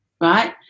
right